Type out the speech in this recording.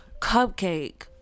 Cupcake